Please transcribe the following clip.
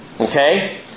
Okay